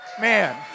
man